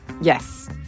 Yes